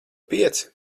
pieci